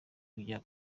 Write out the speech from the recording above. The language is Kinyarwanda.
kujya